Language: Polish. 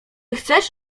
chcesz